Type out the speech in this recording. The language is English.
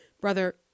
Brother